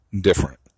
different